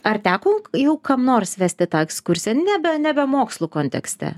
ar teko jau kam nors vesti tą ekskursiją nebe nebe mokslų kontekste